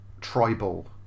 tribal